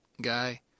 guy